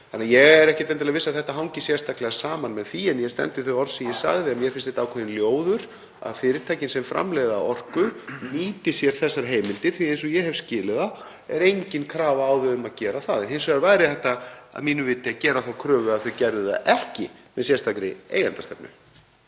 þannig að ég er ekkert endilega viss um að þetta sé sérstaklega í samhengi við það. En ég stend við þau orð sem ég sagði að mér finnst það vera ákveðinn ljóður á þessu að fyrirtækin sem framleiða orku nýti sér þessar heimildir, því að eins og ég hef skilið það er engin krafa á þau um að gera það. Hins vegar væri hægt að mínu viti að gera þá kröfu að þau gerðu það ekki með sérstakri eigendastefnu.